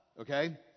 okay